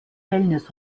wellness